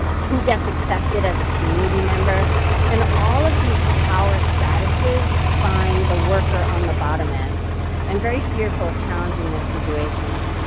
who gets accepted as a community member and all of these power statuses find the worker on the bottom end and very fearful challenging their situations.